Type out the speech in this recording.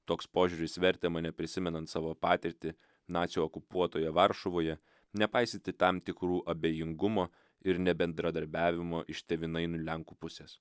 toks požiūris vertė mane prisimenant savo patirtį nacių okupuotoje varšuvoje nepaisyti tam tikrų abejingumo ir nebendradarbiavimo iš tėvynainių lenkų pusės